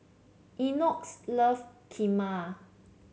Enoch loves Kheema